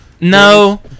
No